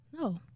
No